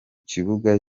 kibuga